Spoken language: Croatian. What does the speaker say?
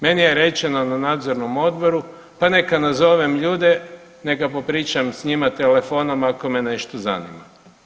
Meni je rečeno na nadzornom odboru pa neka nazovem ljude neka popričam s njima telefonom ako me nešto zanima.